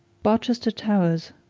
barchester towers,